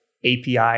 API